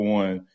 one